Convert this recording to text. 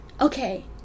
okay